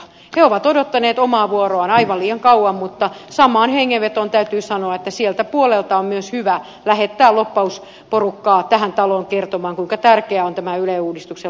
ne ovat odottaneet omaa vuoroaan aivan liian kauan mutta samaan hengenvetoon täytyy sanoa että sieltä puolelta on myös hyvä lähettää lobbausporukkaa tähän taloon kertomaan kuinka tärkeää on tämä yle uudistuksen loppuun saattaminen